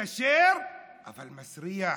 כשר אבל מסריח.